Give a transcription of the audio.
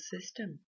system